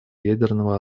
ядерного